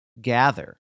gather